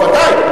ודאי,